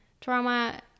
trauma